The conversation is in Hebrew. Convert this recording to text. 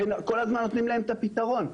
וכל הזמן נותנים להם את הפתרון.